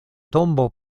tombo